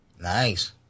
Nice